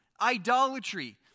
idolatry